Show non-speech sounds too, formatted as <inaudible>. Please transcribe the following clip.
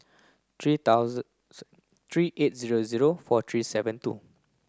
three thousand <unintelligible> three eight zero zero four three seven two